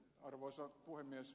arvoisa puhemies